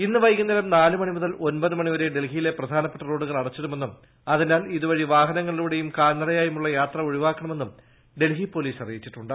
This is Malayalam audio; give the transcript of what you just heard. ഇന്ന് വൈകുന്നേരം നാല് മണി മുതൽ ഒൻപത് മണി വരെ ഡൽഹിയിലെ പ്രധാനപ്പെട്ട റോഡുകൾ അടച്ചിടുമെന്നും അതിനാൽ ഇതുവഴി വാഹനങ്ങളിലൂടെയും കാൽനടയായും ഉള്ള യാത്ര ഒഴിവാക്കണമെന്നും ഡൽഹി പോലീസ് അറിയിച്ചിട്ടുണ്ട്